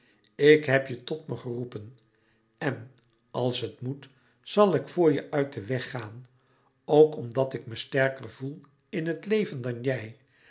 ik heb je tot me geroepen en als het moet zal ik voor je uit den weg gaan ook omdat ik me sterker voel in het leven dan jij